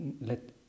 Let